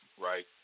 right